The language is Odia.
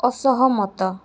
ଅସହମତ